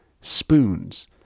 Spoons